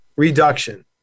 Reduction